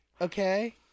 okay